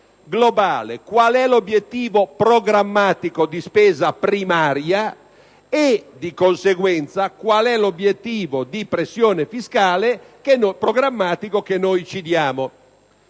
globale, qual è l'obiettivo programmatico di spesa primaria e, di conseguenza, qual è l'obiettivo di pressione fiscale programmatico che ci diamo.